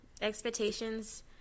expectations